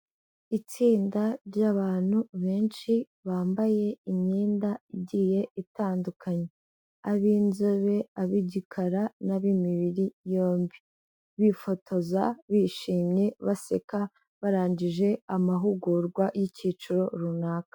Itsinda ry'abantu benshi bambaye imyenda igiye itandukanye, ab'inzobe, ab'igikara n'ab'imibiri yombi bifotoza bishimye, baseka, barangije amahugurwa y'ikiciro runaka.